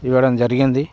ఇవ్వడం జరిగింది